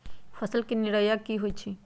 फसल के निराया की होइ छई?